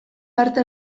parte